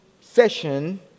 session